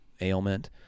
ailment